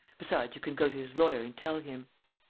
besides, you can go to his lawyer and tell him.